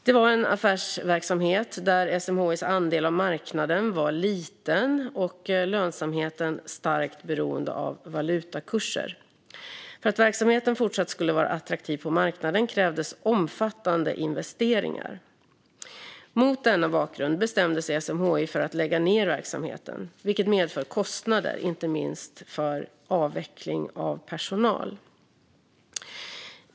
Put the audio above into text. Det var en affärsverksamhet där SMHI:s andel av marknaden var liten och lönsamheten starkt beroende av valutakurser. För att verksamheten skulle fortsätta att vara attraktiv på marknaden krävdes omfattande investeringar. Mot denna bakgrund bestämde sig SMHI för att lägga ned verksamheten, vilket medför kostnader, inte minst för avveckling av personal.